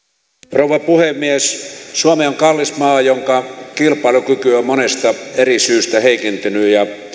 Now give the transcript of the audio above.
rouva puhemies suomi on kallis maa jonka kilpailukyky on monesta eri syystä heikentynyt ja